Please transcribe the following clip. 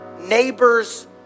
neighbor's